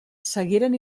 seguiren